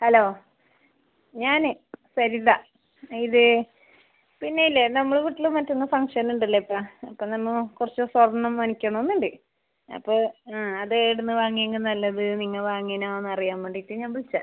hello ഞാൻ സരിത ഇത് പിന്നെ ഇല്ലേ നമ്മളെ വീട്ടിൽ മറ്റന്നാൾ ഫംഗ്ഷൻ ഉണ്ടല്ലേപ്പാ അപ്പോൾ നമ്മൾ കുറച്ച് സ്വർണ്ണം മേടിക്കണം എന്ന് ഉണ്ട് അപ്പോൾ ആ അത് ഏടുന്ന് വാങ്ങിയെങ്കിൽ നല്ലത് നിങ്ങൾ വാങ്ങീനോന്ന് അറിയാൻ വേണ്ടിയിട്ട് ഞാൻ വിളിച്ചത്